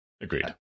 agreed